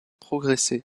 progresser